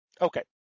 Okay